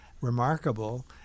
remarkable